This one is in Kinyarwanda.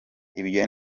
ibyo